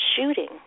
shooting